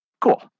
Cool